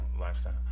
Lifestyle